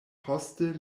poste